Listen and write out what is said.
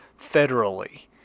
federally